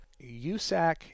USAC